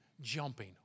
jumping